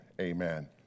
amen